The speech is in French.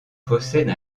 possède